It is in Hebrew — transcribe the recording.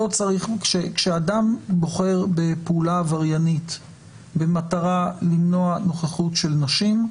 כשאדם בוחר בפעולה עבריינית במטרה למנוע נוכחות של נשים,